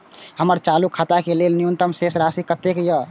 हमर चालू खाता के लेल न्यूनतम शेष राशि कतेक या?